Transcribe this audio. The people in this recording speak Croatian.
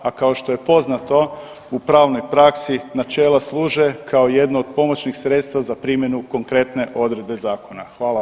A kao što je poznato u pravnoj praksi načela služe kao jedna od pomoćnih sredstva za primjenu konkretne odredbe zakona.